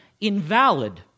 invalid